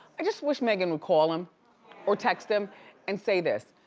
i just wish meghan would call him or text him and say this,